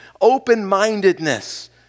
Open-mindedness